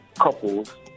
couples